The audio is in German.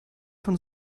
von